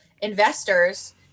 investors